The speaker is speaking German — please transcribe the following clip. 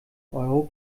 euro